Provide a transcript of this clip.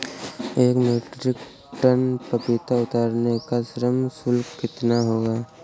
एक metric ton पपीता उतारने का श्रम शुल्क कितना होगा?